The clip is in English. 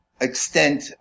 extent